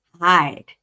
hide